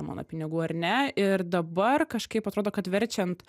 mano pinigų ar ne ir dabar kažkaip atrodo kad verčiant